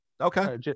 Okay